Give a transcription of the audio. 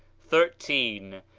thirteen.